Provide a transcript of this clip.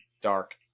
dark